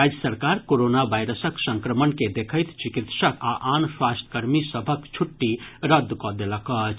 राज्य सरकार कोरोना वायरसक संक्रमण के देखैत चिकित्सक आ आन स्वास्थ्यकर्मी सभक छुट्टी रद्द कऽ देलक अछि